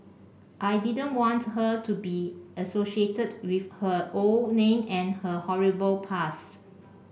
I didn't want her to be associated with her old name and her horrible past